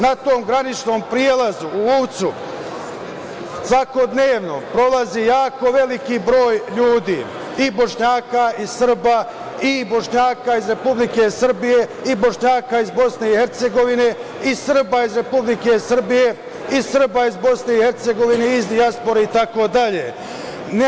Na tom graničnom prelazu u Uvcu, svakodnevno prolazi jako veliki broj ljudi i Bošnjaka, i Srba, i Bošnjaka iz Republike Srbije, i Bošnjaka iz Bosne i Hercegovine, i Srba i Republike Srbije, i Srba iz Bosne i Hercegovine i iz dijaspore i tako dalje.